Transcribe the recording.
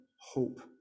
hope